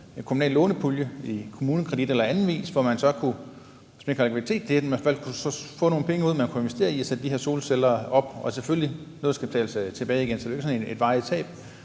en kommunal lånepulje i KommuneKredit eller på anden vis, hvor man så, hvis man ikke har likviditeten, kunne få nogle penge ud, man kunne investere i at sætte de her solceller op? Det er selvfølgelig noget, der skal betales tilbage igen, så det er jo ikke sådan